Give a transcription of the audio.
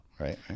Right